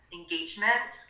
engagement